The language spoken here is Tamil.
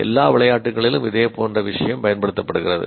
எல்லா விளையாட்டுகளிலும் இதே போன்ற விஷயம் பயன்படுத்தப்படுகிறது